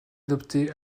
adoptée